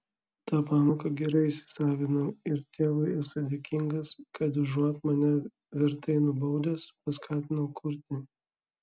tą pamoką gerai įsisavinau ir tėvui esu dėkingas kad užuot mane vertai nubaudęs paskatino kurti